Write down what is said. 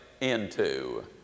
into